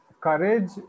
courage